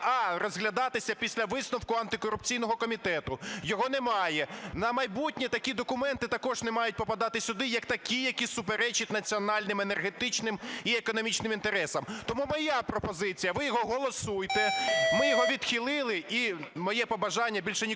а) розглядатися після висновку антикорупційного комітету. Його немає. На майбутнє такі документи також не мають попадати сюди як такі, які суперечать національним енергетичним і економічним інтересам. Тому моя пропозиція. Ви його голосуйте, ми його відхилили. І моє побажання більше ніколи